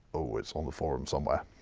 oh it's on the forum somewhere.